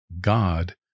God